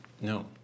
no